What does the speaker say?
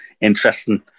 interesting